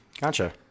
gotcha